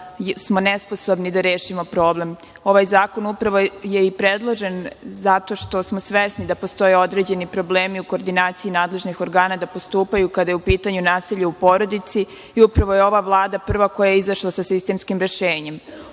smo nesposobni da rešimo problem. Ovaj zakon upravo je i predložen zato što smo svesni da postoje određeni problemi u koordinaciji nadležnih organa da postupaju kada je u pitanju nasilje u porodici. Upravo je ova Vlada prva koja je izašla sa sistemskim rešenjem. Ono